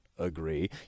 agree